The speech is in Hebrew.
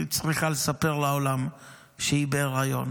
היא צריכה לספר לעולם שהיא בהיריון